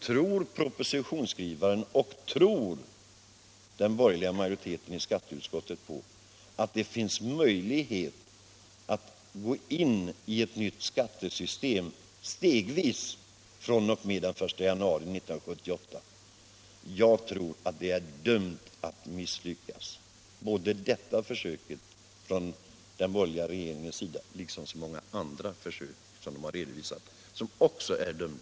Tror propositionsskrivaren och den borgerliga majoriteten i skatteutskottet att det finns möjligheter att gå in i ett nytt skattesystem stegvis fr.o.m. den 1 januari 1978? Jag tror att det är dömt att misslyckas, detta försök från den borgerliga regeringens sida liksom så många andra försök som den gjort.